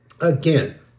Again